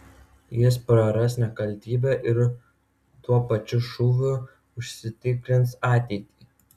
jis praras nekaltybę ir tuo pačiu šūviu užsitikrins ateitį